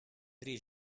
pri